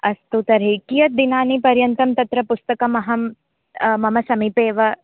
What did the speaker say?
अस्तु तर्हि कियद् दिनानि पर्यन्तं तत्र पुस्तकम् अहं मम समीपे एव